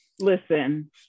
listen